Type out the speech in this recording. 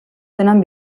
tenen